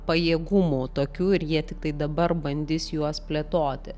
pajėgumų tokių ir jie tiktai dabar bandys juos plėtoti